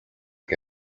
que